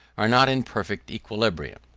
are not in perfect equilibrium.